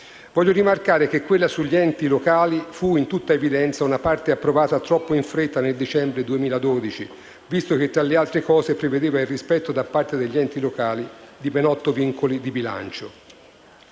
Voglio rimarcare che quella sugli enti locali fu, in tutta evidenza, una parte approvata troppo in fretta nel dicembre 2012, visto che, tra le altre cose, prevedeva il rispetto da parte degli enti locali di ben otto vincoli di bilancio.